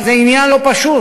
אבל זה עניין לא פשוט,